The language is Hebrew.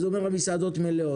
הוא אומר שהמסעדות מלאות.